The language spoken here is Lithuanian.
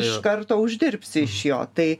iš karto uždirbsi iš jo tai